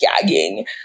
gagging